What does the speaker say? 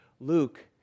Luke